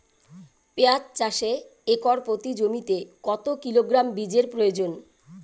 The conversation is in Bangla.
পেঁয়াজ চাষে একর প্রতি জমিতে কত কিলোগ্রাম বীজের প্রয়োজন?